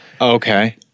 Okay